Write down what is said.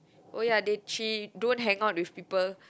oh ya they she don't hang out with people